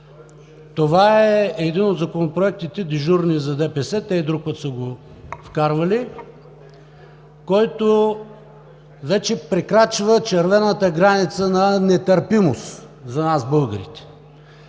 Това е един от законопроектите, дежурни за ДПС, те и друг път са го вкарвали, който вече прекрачва червената граница на нетърпимост за нас, българите.